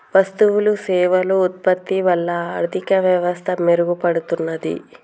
వస్తువులు సేవలు ఉత్పత్తి వల్ల ఆర్థిక వ్యవస్థ మెరుగుపడుతున్నాది